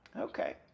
Okay